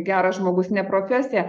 geras žmogus ne profesija